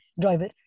driver